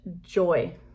joy